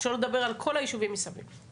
שלא לדבר על כל היישובים מסביב.